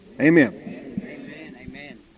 Amen